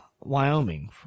Wyoming